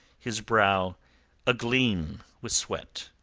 his brow agleam with sweat.